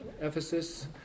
Ephesus